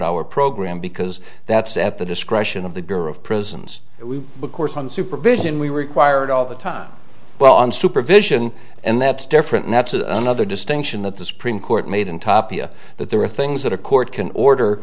hour program because that's at the discretion of the girl of prisons we of course on the supervision we required all the time well on supervision and that's different and that's another distinction that the supreme court made in tapia that there are things that a court can order